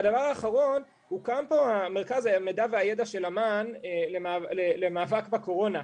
והדבר האחרון: הוקם פה מרכז המידע והידע של אמ"ן למאבק בקורונה.